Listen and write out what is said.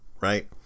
right